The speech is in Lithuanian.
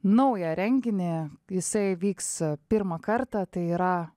naują renginį jisai vyks pirmą kartą tai yra